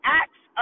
acts